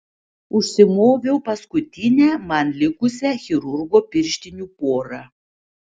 užsimoviau paskutinę man likusią chirurgo pirštinių porą